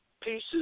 pieces